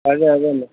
అదే అదేండి